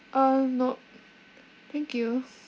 uh no thank you